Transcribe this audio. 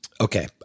Okay